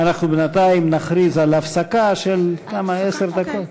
בינתיים אנחנו נכריז על הפסקה של כמה, עשר דקות?